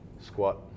squat